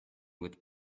with